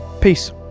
Peace